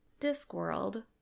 Discworld